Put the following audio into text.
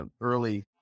early